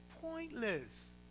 pointless